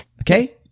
Okay